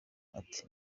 ati